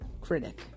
critic